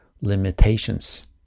limitations